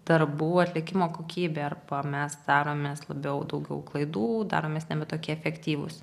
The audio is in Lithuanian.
darbų atlikimo kokybė arba mes daromės labiau daugiau klaidų daromės nebe tokie efektyvūs